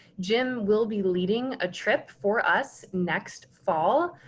jim will be leading a trip for us next fall.